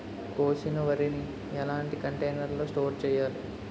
కోసిన వరిని ఎలాంటి కంటైనర్ లో స్టోర్ చెయ్యాలి?